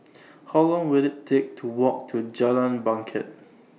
How Long Will IT Take to Walk to Jalan Bangket